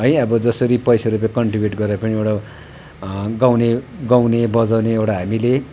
है अब जसरी पैसा रुपियाँ कन्ट्रिब्युट गरेर पनि एउटा गाउने गाउने बजाउने एउटा हामीले